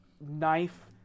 knife